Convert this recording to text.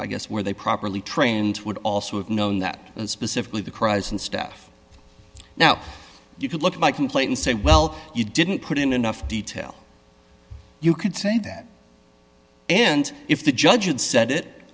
i guess where they properly trained would also have known that specifically the cries and stuff now you could look at my complaint and say well you didn't put in enough detail you could say that and if the judge and s